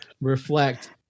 reflect